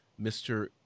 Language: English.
Mr